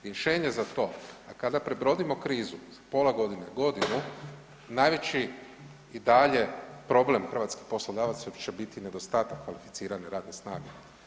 Rješenje za to, a kada prebrodimo krizu za pola godine, godinu, najveći i dalje problem hrvatskih poslodavaca će biti nedostatak kvalificirane radne snage.